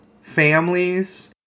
families